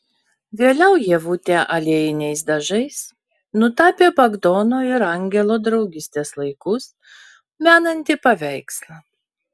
vėliau ievutė aliejiniais dažais nutapė bagdono ir angelo draugystės laikus menantį paveikslą